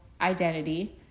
identity